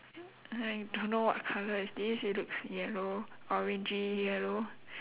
I don't know what colour is this it looks yellow orangey yellow